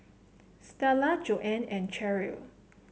Starla Joanne and Cherrelle